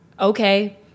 okay